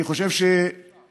אני חושב שלהתייחס,